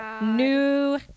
new